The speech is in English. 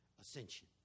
ascension